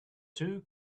two